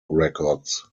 records